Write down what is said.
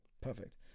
perfect